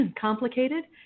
complicated